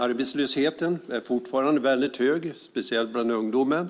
Arbetslösheten är fortfarande väldigt hög, speciellt bland ungdomar.